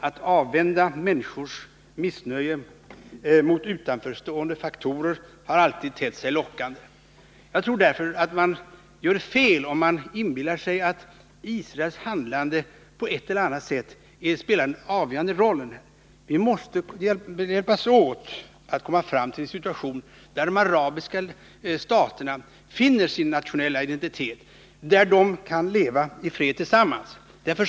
Att vända bort människornas missnöje mot utanförstående faktorer har alltid tett sig lockande. Jag tror således att man gör fel om man inbillar sig att Israels handlande på ett eller annat sätt spelar en avgörande roll. Vi måste hjälpas åt att komma fram till en situation där de arabiska staterna finner sin nationella identitet, där de kan leva i fred tillsammans.